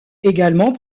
également